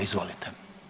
Izvolite.